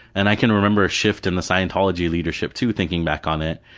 and i can remember a shift in the scientology leadership too, thinking back on it,